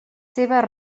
seves